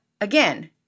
again